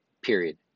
Period